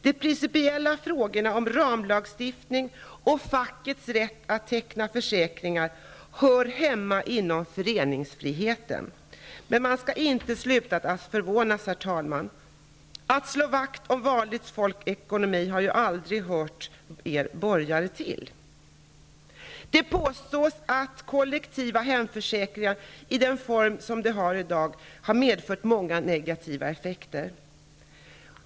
De principiella frågorna om ramlagstiftning och fackets rätt att teckna försäkringar hör hemma inom föreningsfriheten. Men man skall inte sluta att förvånas, herr talman. Att slå vakt om vanligt folks ekonomi har ju aldrig hört er borgare till. Det påstås att kollektiva hemförsäkringar i den form som finns i dag har medfört många negativa effekter.